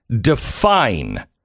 define